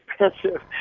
expensive